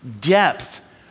depth